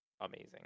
amazing